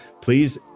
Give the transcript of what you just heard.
Please